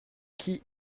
qui